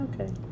Okay